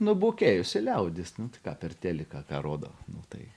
nubukėjusi liaudis nu tai ką per teliką ką rodo tai